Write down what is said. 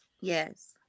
Yes